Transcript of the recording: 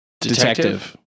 detective